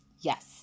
Yes